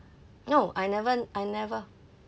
no I never I never